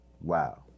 Wow